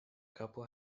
couple